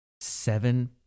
seven